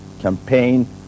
campaign